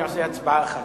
אני עושה הצבעה אחת.